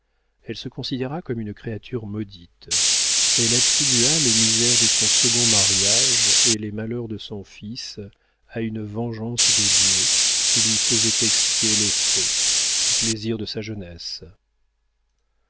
elle se considéra comme une créature maudite elle attribua les misères de son second mariage et les malheurs de son fils à une vengeance de dieu qui lui faisait expier les fautes et les plaisirs de sa jeunesse